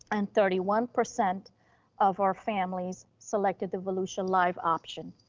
and thirty one percent of our families selected the volusia live option,